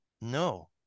No